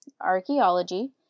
archaeology